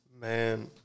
Man